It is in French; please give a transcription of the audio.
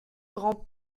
grand